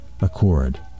accord